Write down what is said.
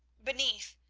beneath,